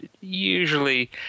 usually